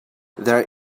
there